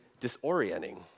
disorienting